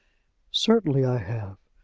certainly i have.